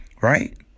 right